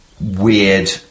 weird